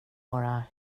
bara